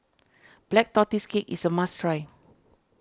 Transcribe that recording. Black Tortoise Cake is a must try